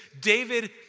David